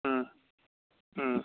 ꯎꯝ ꯎꯝ